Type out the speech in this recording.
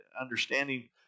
Understanding